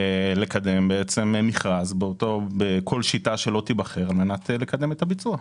לקדם מכרז בכל שיטה שלא תיבחר על מנת לקדם את הביצוע.